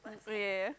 oh yeah yeah yeah